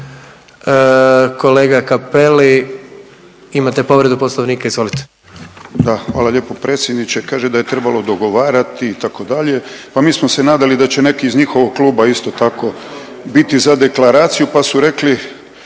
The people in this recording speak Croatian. Kolega Cappelli, imate povredu Poslovnika, izvolite. **Cappelli, Gari (HDZ)** Da, hvala lijepo predsjedniče. Kaže da je trebalo dogovarati, itd., pa mi smo se nadali da će neki iz njihovog kluba isto tako biti za deklaraciju pa su rekli